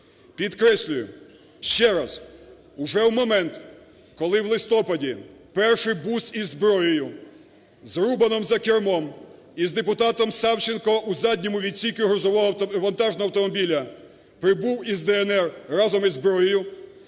Підкреслюю ще раз: уже в момент, коли в листопаді перший бус із зброєю з Рубаном за кермом, із депутатом Савченко у задньому відсіці грузового… вантажного автомобіля прибув із "ДНР" разом із зброєю,